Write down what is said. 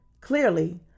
Clearly